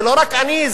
זה לא רק אני,